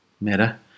matter